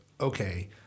okay